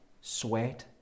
sweat